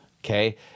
Okay